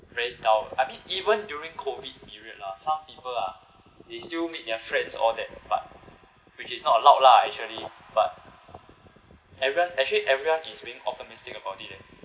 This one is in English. very dull I mean even during COVID period lah some people ah they still meet their friends all that but which is not allowed lah actually but everyone actually everyone is being optimistic about it leh